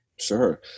Sure